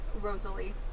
Rosalie